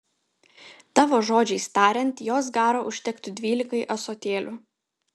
tavo žodžiais tariant jos garo užtektų dvylikai ąsotėlių